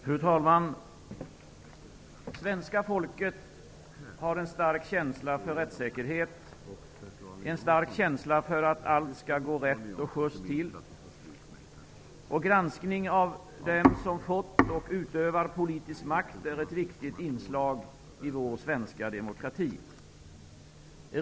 Fru talman! Svenska folket har en stark känsla för rättssäkerhet; en stark känsla för att allt skall gå rätt och schyst till. Granskning av dem som fått och utövar politisk makt är ett viktigt inslag i vår svenska demokrati.